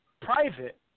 private